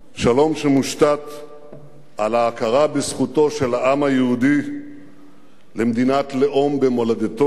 שלום שמושתת על ההכרה בזכותו של העם היהודי למדינת לאום במולדתו,